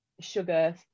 sugar